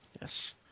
yes